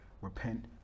repent